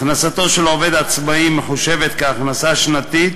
הכנסתו של עובד עצמאי מחושבת כהכנסה שנתית